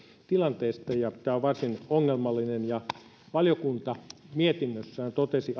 tilanteesta ja tämä on varsin ongelmallinen valiokunta mietinnössään totesi